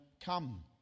come